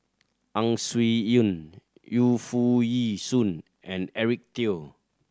Ang Swee Aun Yu Foo Yee Shoon and Eric Teo